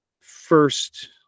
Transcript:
First